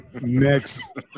next